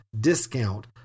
discount